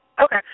Okay